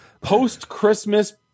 post-Christmas